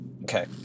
Okay